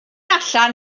allan